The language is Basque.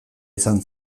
izan